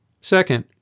Second